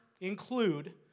include